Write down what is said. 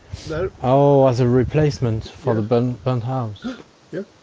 there oh, as a replacement for the burned burned house yeah